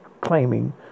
claiming